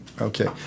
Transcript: Okay